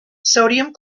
sodium